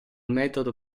metodo